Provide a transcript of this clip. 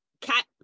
cat